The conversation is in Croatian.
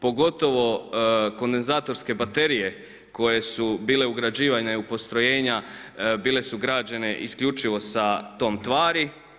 Pogotovo kondenzatorske baterije koje su bile ugrađivane u postrojenja bile su građene isključivo sa tom tvari.